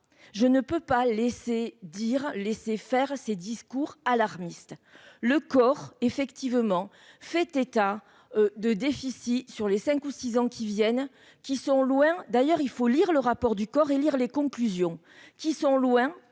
je ne peux pas laisser dire laisser faire ses discours alarmiste, le corps effectivement fait état de déficit sur les 5 ou 6 ans qui viennent, qui sont loin d'ailleurs, il faut lire le rapport du COR élire les conclusions qui sont loin